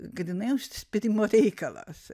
grynai užsispyrimo reikalas